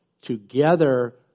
together